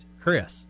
Chris